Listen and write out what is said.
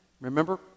Remember